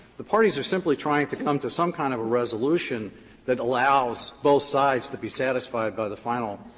the parties are simply trying to come to some kind of a resolution that allows both sides to be satisfied by the final